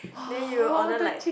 then you order like